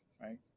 right